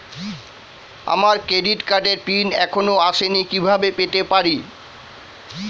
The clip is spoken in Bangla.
আমার ক্রেডিট কার্ডের পিন এখনো আসেনি কিভাবে পেতে পারি?